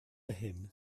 him